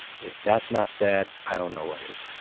if that's not sad, i don't know what is.